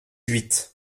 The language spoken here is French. huit